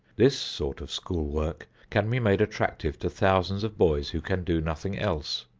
this sort of school work can be made attractive to thousands of boys who can do nothing else.